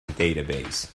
database